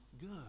good